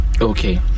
Okay